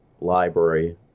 library